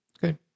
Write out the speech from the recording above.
Good